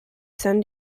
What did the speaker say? san